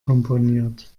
komponiert